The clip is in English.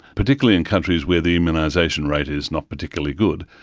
particularly in countries where the immunisation rate is not particularly good,